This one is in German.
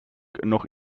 noch